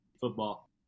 football